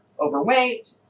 overweight